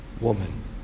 woman